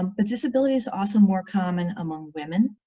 um but disability is also more common among women,